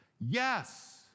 Yes